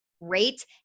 rate